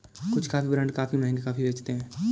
कुछ coffee brand काफी महंगी कॉफी बेचते हैं